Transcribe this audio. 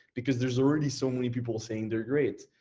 because there's already so many people saying they're great.